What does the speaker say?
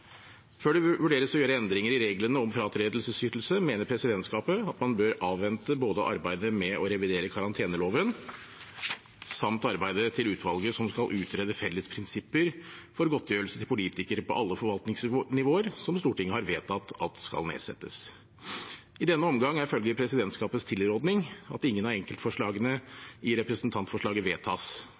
Før det vurderes å gjøre endringer i reglene om fratredelsesytelse, mener presidentskapet at man bør avvente både arbeidet med å revidere karanteneloven samt arbeidet til utvalget som skal utrede felles prinsipper for godtgjørelse til politikere på alle forvaltningsnivåer som Stortinget har vedtatt at skal nedsettes. I denne omgang er følgelig presidentskapets tilråding at ingen av enkeltforslagene i representantforslaget vedtas.